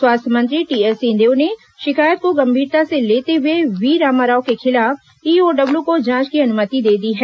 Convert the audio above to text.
स्वास्थ्य मंत्री टीएस सिंहदेव ने शिकायत को गंभीरता से लेते हुए व्ही रामाराव के खिलाफ ईओडब्लू को जांच की अनुमति दे दी है